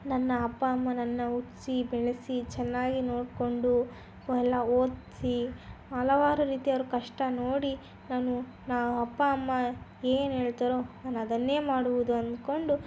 ನನ್ನ ಅಪ್ಪ ಅಮ್ಮ ನನ್ನ ಹುಟ್ಟಿಸಿ ಬೆಳೆಸಿ ಚೆನ್ನಾಗಿ ನೋಡಿಕೊಂಡು ಎಲ್ಲ ಓದಿಸಿ ಹಲವಾರು ರೀತಿ ಅವರ ಕಷ್ಟ ನೋಡಿ ನಾನು ನನ್ನ ಅಪ್ಪ ಅಮ್ಮ ಏನು ಹೇಳ್ತಾರೋ ನಾನು ಅದನ್ನೇ ಮಾಡುವುದು ಅಂದುಕೊಂಡು